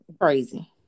Crazy